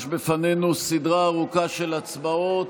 יש בפנינו סדרה ארוכה של הצבעות,